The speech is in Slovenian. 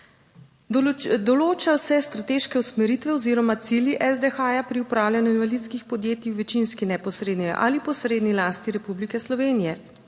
Določajo se strateške usmeritve oziroma cilji SDH pri upravljanju invalidskih podjetij v večinski neposredni ali posredni lasti Republike Slovenije.